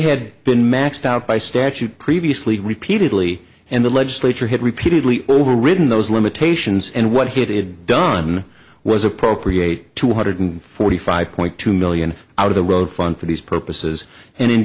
had been maxed out by statute previously repeatedly and the legislature had repeatedly overridden those limitations and what he did done was appropriate two hundred forty five point two million out of the road fund for these purposes and in